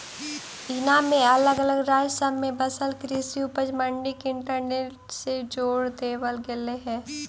ईनाम में अलग अलग राज्य सब में बसल कृषि उपज मंडी के इंटरनेट से जोड़ देबल गेलई हे